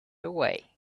away